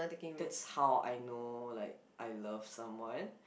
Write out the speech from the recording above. that's how I know like I love someone